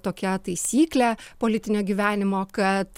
tokia taisyklė politinio gyvenimo kad